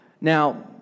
Now